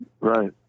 right